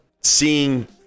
seeing